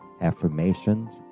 affirmations